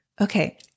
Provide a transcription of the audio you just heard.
Okay